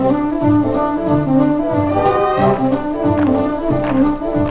whoa whoa whoa whoa whoa whoa whoa